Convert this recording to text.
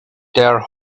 their